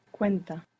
cuenta